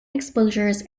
exposures